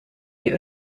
die